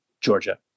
Georgia